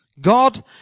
God